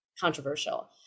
controversial